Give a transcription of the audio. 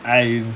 I